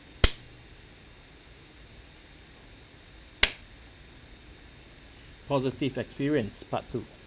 positive experience part two